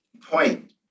point